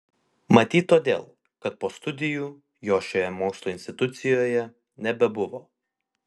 matyt todėl kad po studijų jo šioje mokslo institucijoje nebebuvo